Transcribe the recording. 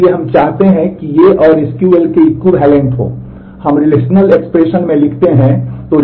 इसलिए हम चाहते हैं कि ये और एसक्यूएल में यह ऐसा दिखता है